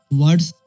words